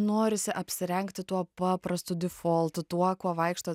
norisi apsirengti tuo paprastu difoltu tuo kuo vaikšto